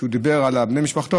הוא דיבר על בני משפחתו,